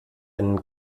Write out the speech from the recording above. einen